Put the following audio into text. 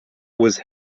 was